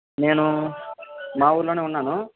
నేను మా ఊరులోనే ఉన్నాను